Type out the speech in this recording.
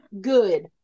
Good